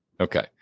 Okay